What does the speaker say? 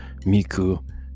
miku